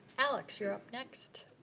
alex, you're up next.